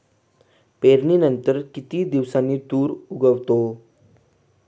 पेरणीनंतर किती दिवसांनी तूर उगवतो?